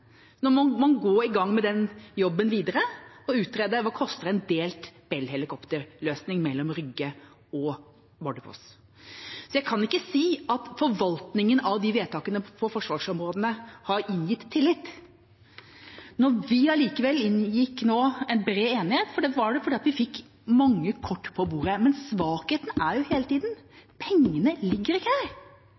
man gå videre med den jobben og utrede hva en delt Bell-helikopterløsning mellom Rygge og Bardufoss koster. Så jeg kan ikke si at forvaltningen av vedtakene på forsvarsområdene har inngitt tillit. Når vi allikevel inngikk en bred enighet, var det fordi vi fikk mange kort på bordet. Svakheten er hele tida at pengene ikke ligger her. Det blir snakket om at hær og heimevern skal prioriteres. Da må jeg bare si at i